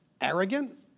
arrogant